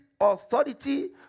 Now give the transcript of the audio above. authority